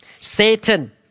Satan